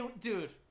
Dude